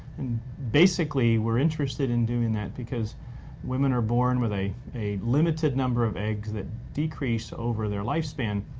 and basically we're interested in doing that because women are born with a a limited number of eggs that decrease over their lifespan,